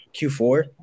Q4